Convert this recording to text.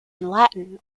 latin